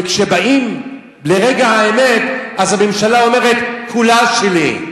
וכשבאים לרגע האמת הממשלה אומרת: כולה שלי.